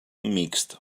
mixt